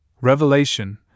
revelation